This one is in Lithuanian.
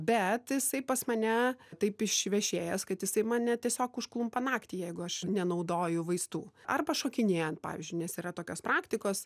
bet jisai pas mane taip išvešėjęs kad jisai mane tiesiog užklumpa naktį jeigu aš nenaudoju vaistų arba šokinėjant pavyzdžiui nes yra tokios praktikos